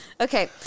Okay